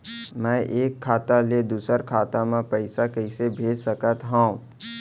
मैं एक खाता ले दूसर खाता मा पइसा कइसे भेज सकत हओं?